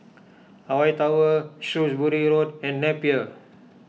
Hawaii Tower Shrewsbury Road and Napier